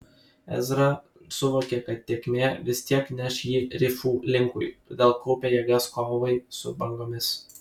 ezra suvokė kad tėkmė vis tiek neš jį rifų linkui todėl kaupė jėgas kovai su bangomis